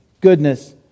goodness